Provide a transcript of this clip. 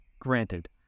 granted